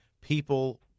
people